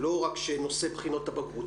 זה לא רק נושא בחינות הבגרות.